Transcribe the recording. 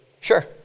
Sure